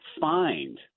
find